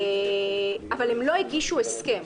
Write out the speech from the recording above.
אבל הן לא הגישו הסכם,